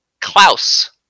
Klaus